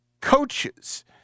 coaches